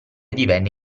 divenne